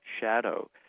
shadow